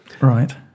Right